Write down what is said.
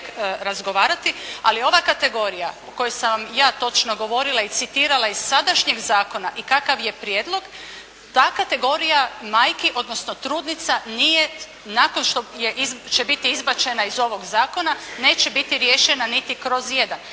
Ali ova kategorija o kojoj sam vam ja točno govorila i citirala iz sadašnjeg zakona i kakav je prijedlog, ta kategorija majki, odnosno trudnica nije nakon što će biti izbačena iz ovog zakona, neće biti riješena niti kroz jedan